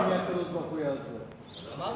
גפני, גם,